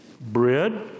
bread